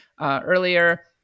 earlier